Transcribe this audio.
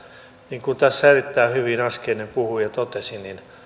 niin kuin tässä erittäin hyvin äskeinen puhuja totesi niin